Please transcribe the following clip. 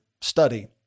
study